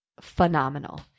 phenomenal